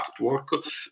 artwork